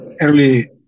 early